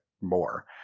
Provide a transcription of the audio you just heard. more